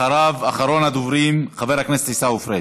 אחריו, אחרון הדוברים, חבר הכנסת עיסאווי פריג'.